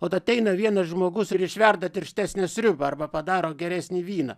ot ateina vienas žmogus ir išverda tirštesnę sriubą arba padaro geresnį vyną